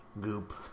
Goop